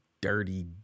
dirty